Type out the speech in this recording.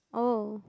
oh